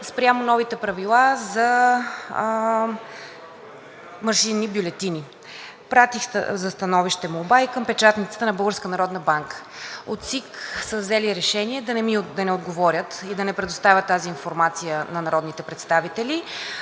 спрямо новите правила за машинни бюлетини. Пратих за становище молба и към печатницата на Българската народна банка. От ЦИК са взели решение да не отговорят и да не предоставят тази информация на народните представители.